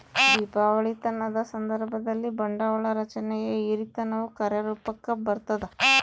ದಿವಾಳಿತನದ ಸಂದರ್ಭದಲ್ಲಿ, ಬಂಡವಾಳ ರಚನೆಯ ಹಿರಿತನವು ಕಾರ್ಯರೂಪುಕ್ಕ ಬರತದ